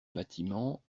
bâtiment